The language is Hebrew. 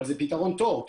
אבל זה פתרון טוב,